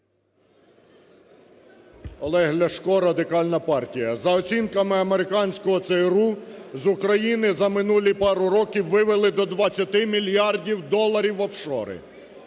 Олег Ляшко, Радикальна партія. За оцінками американського ЦРУ з України за минулі пару років вивели до 20 мільярдів доларів в офшори.